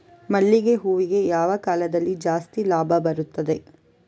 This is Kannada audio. ಮಲ್ಲಿಗೆ ಹೂವಿಗೆ ಯಾವ ಕಾಲದಲ್ಲಿ ಜಾಸ್ತಿ ಲಾಭ ಬರುತ್ತದೆ?